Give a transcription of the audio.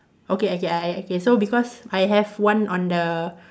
okay okay I okay so because I have one on the